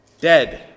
dead